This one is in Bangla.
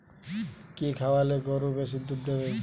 কি খাওয়ালে গরু বেশি দুধ দেবে?